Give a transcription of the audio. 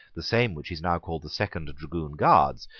the same which is now called the second dragoon guards,